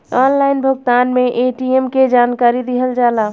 Online भुगतान में ATM के जानकारी दिहल जाला?